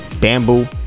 Bamboo